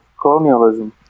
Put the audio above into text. colonialism